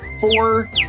four